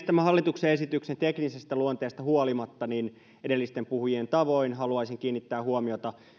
tämän hallituksen esityksen teknisestä luonteesta huolimatta haluaisin edellisten puhujien tavoin kiinnittää huomiota